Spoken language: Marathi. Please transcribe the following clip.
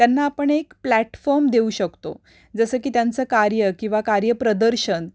त्यांना आपण एक प्लॅटफॉर्म देऊ शकतो जसं की त्यांचं कार्य किंवा कार्य प्रदर्शन